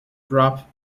drop